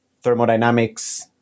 thermodynamics